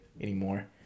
anymore